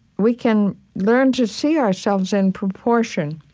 we can learn to see ourselves in proportion